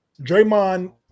Draymond